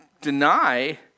deny